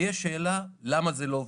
יש שאלה למה זה לא עובד.